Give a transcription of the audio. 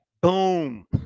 Boom